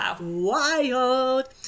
wild